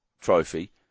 trophy